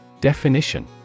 Definition